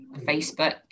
Facebook